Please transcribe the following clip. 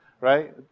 right